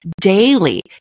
daily